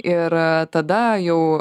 ir tada jau